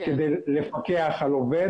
כדי לפקח על עובד,